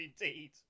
indeed